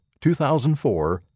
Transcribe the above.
2004